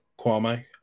Kwame